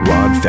Rod